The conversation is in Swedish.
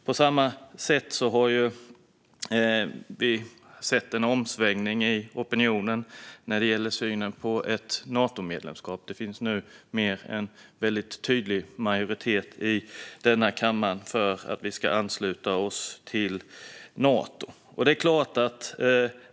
På samma sätt har vi sett en omsvängning i opinionen när det gäller synen på ett Natomedlemskap. Det finns nu en tydlig majoritet i kammaren för att vi ska ansluta oss till Nato.